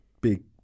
big